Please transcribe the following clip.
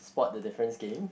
spot the difference game